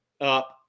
up